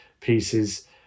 pieces